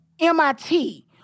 MIT